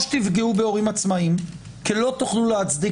או שתפגעו בהורים עצמאיים כי לא תוכלו להצדיק